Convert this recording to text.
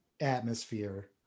atmosphere